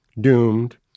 doomed